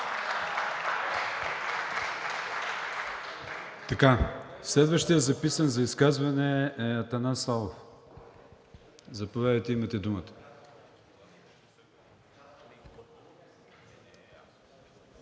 Следващият записан за изказване е Атанас Славов. Заповядайте, имате думата.